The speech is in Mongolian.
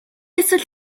эсвэл